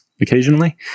occasionally